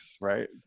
right